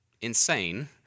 insane